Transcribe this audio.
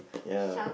ya